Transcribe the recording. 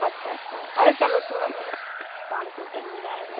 अच्छा अच्छा अरे चलो थोड़ा बहुत काम तो चल ही जाएगा